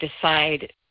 decide